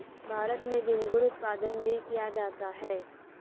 भारत में झींगुर उत्पादन भी किया जाता है